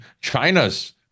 China's